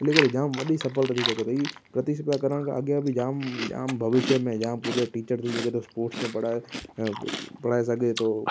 हली करे जाम वॾी सफलता थी थिए पई त हीउ प्रतिस्पर्धा करण खां अॻियां बि जाम जाम भविषय में जाम कुझु आहे टीचर थी सघे थो स्पॉर्ट्स में पढ़ाए पढ़ाए सघे थो